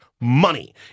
money